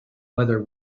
whether